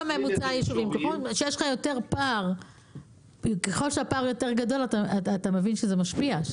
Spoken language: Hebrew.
ככל שהפער יותר גדול אתה מבין שזה משפיע.